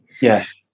Yes